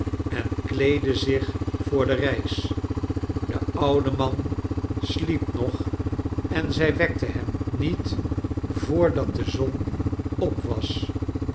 en kleedde zich voor de reis de oude man sliep nog en zij wekte hem niet voordat de zon op was